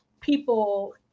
people